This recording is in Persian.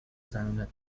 زنونه